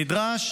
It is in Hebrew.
נדרש